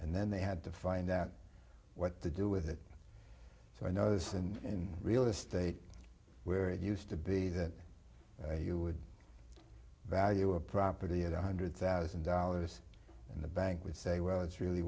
and then they had to find out what to do with it so i know this and in real estate where it used to be that you would value a property of one hundred thousand dollars in the bank would say well it's really